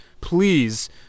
Please